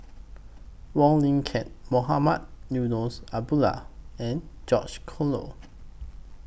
Wong Lin Ken Mohamed Eunos Abdullah and George Collyer